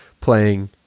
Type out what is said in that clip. playing